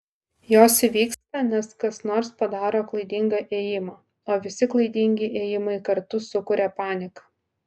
jos įvyksta nes kas nors padaro klaidingą ėjimą o visi klaidingi ėjimai kartu sukuria paniką